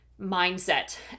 mindset